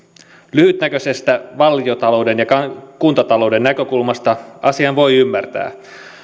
lyhytnäköisestä valtiontalouden ja kuntatalouden näkökulmasta asian voi ymmärtää